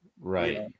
right